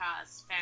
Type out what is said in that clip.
cars